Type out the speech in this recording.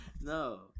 No